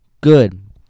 good